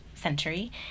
Century